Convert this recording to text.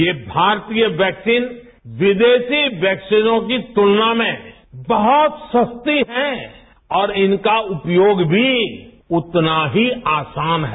ये भारतीय वैक्सीन विदेशी वैक्सीनों की तुलना में बहुत सस्ती हैं और इनका उपयोग भी उतना ही आसान है